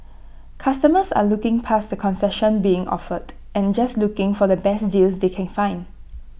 customers are looking past the concessions being offered and just looking for the best deals they can find